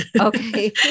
Okay